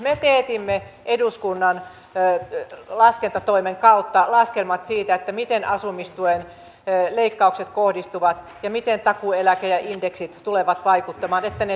me teetimme eduskunnan laskentatoimen kautta laskelmat siitä miten asumistuen leikkaukset kohdistuvat ja miten takuueläke ja indeksit tulevat vaikuttamaan että ne syövät ne pois